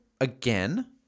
again